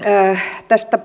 tästä